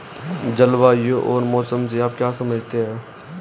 जलवायु और मौसम से आप क्या समझते हैं?